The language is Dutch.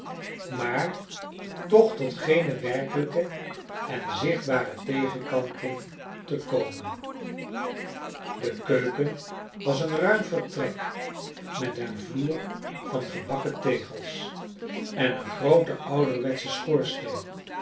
maar toch tot geene werkelijke en zichtbare tegenkanting te komen de keuken was een ruim vertrek met een vloer van gebakken tegels en een grooten ouderwetschen schoorsteen